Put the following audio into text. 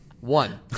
One